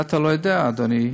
את זה אתה לא יודע, אדוני,